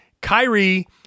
Kyrie